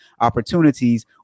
opportunities